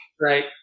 Right